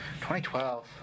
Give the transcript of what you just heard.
2012